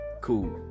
cool